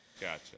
Gotcha